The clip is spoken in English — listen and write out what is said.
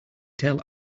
tell